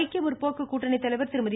ஐக்கிய முற்போக்கு கூட்டணி தலைவர் திருமதி